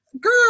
girl